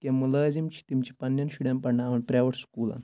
کہِ مُلٲزِم چھِ تِم چھِ پَنٕنؠن شُرؠن پَرناوان پرٛیویٚٹ سکوٗلَن